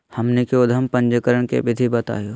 हमनी के उद्यम पंजीकरण के विधि बताही हो?